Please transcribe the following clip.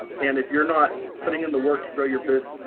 and if you're not putting in the work to grow your business,